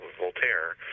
Voltaire